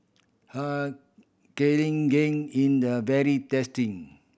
Har Cheong Gai in the very tasty